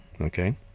Okay